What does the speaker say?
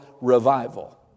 revival